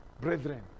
Brethren